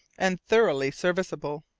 and thoroughly serviceable.